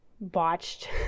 botched